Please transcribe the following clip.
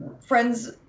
Friends